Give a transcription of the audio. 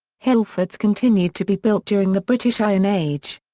hillforts continued to be built during the british iron age.